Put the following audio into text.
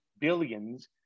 billions